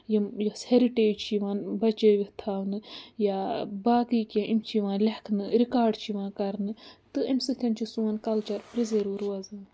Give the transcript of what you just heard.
یِم یۄس ہٮ۪رِٹیج چھِ یِوان بَچٲوِتھ تھاونہٕ یا باقٕے کیٚنٛہہ یِم چھِ یِوان لٮ۪کھنہٕ رِکاڈ چھِ یِوان کَرنہٕ تہٕ اَمۍ سۭتۍ چھِ سون کَلچَر پِرٛزٲرٕو روزان